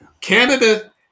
Canada